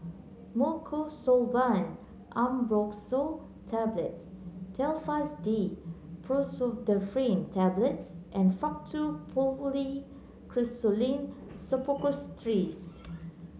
Mucosolvan AmbroxoL Tablets Telfast D Pseudoephrine Tablets and Faktu Policresulen Suppositories